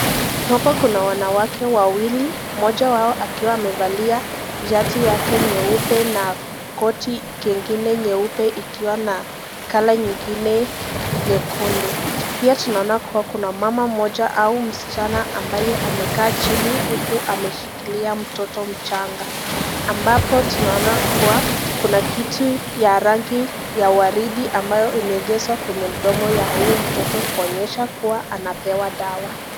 Hapo kuna wanawake wawili, mmoja wao akiwa amevali shati yake nyeupe na koti kengine nyeupe ikiwa na colour nyingine nyekundu. Pia tunaona kuwa kuna mama mmoja au msichana ambaye amekaa chini huku ameshikilia mtoto mchanga. Ambapo tunaona kuwa kuna kitu ya rangi ya waridi ambayo imeingizwa kwenye mdomo ya huyo mtoto kuonyesha kuwa anapewa dawa.